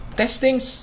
testings